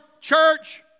church